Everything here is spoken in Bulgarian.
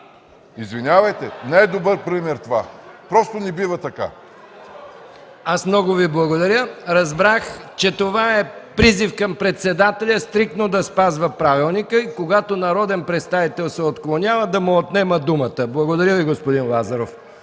Извинявайте, не е добър пример това. Просто не бива така. ПРЕДСЕДАТЕЛ МИХАИЛ МИКОВ: Аз много Ви благодаря. Разбрах, че това е призив към председателя стриктно да спазва правилника и когато народен представител се отклонява, да му отнема думата. Благодаря Ви, господин Лазаров.